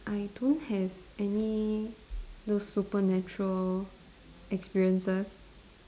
I don't have any those supernatural experiences